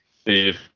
Steve